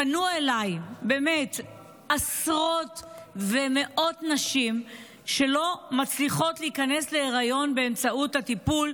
פנו אליי עשרות ומאות נשים שלא מצליחות להיכנס להיריון באמצעות הטיפול,